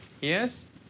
Yes